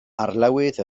arlywydd